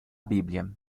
bíblia